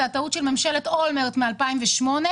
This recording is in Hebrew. זו הטעות של ממשלה אולמרט מ-2008.